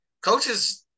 coaches